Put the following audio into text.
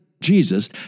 Jesus